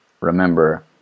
remember